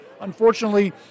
Unfortunately